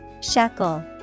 Shackle